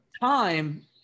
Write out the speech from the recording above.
time